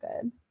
good